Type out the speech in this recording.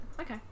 Okay